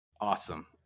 Awesome